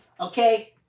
Okay